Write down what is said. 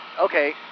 okay